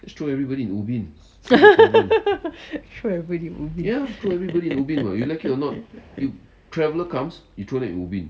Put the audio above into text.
throw everybody in ubin